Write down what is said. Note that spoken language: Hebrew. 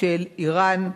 של אירן.